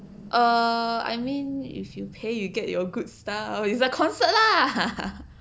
err I mean if pay you get your good stuff is like concert lah